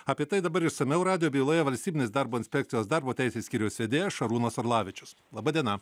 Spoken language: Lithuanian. apie tai dabar išsamiau radijo byloje valstybinės darbo inspekcijos darbo teisės skyriaus vedėjas šarūnas orlavičius laba diena